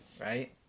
right